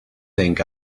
think